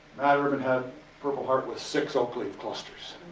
matt urban had purple heart with six oak leaf clusters.